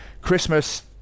Christmas